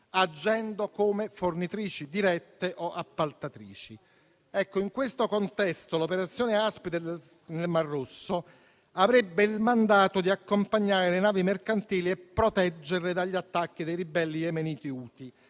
agendo come fornitrici dirette o appaltatrici. In questo contesto, l'operazione Aspides nel Mar Rosso avrebbe il mandato di accompagnare le navi mercantili e proteggerle dagli attacchi dei ribelli yemeniti Houthi,